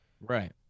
Right